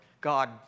God